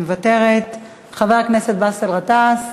מוותרת, חבר הכנסת באסל גטאס,